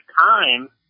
time